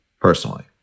Personally